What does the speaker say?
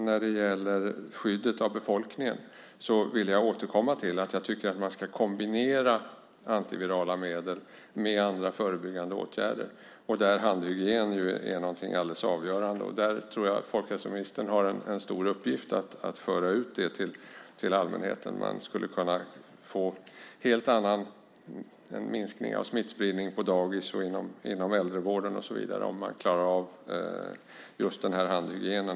När det gäller skyddet av befolkningen vill jag återkomma till att jag tycker att man ska kombinera antivirala medel med andra förebyggande åtgärder, där handhygien är någonting alldeles avgörande. Folkhälsoministern har en stor uppgift att föra ut det till allmänheten. Man kan få en helt annan minskning av smittspridningen på dagis, inom äldrevården och så vidare om man klarar av just handhygienen.